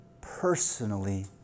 personally